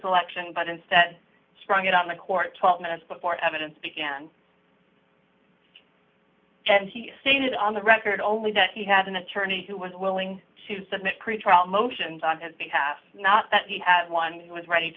selection but instead sprung it on the court twelve minutes before evidence began and he stated on the record only that he had an attorney who was willing to submit pretrial motions on his behalf not that he had one was ready